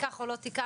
תיקח או לא תיקח,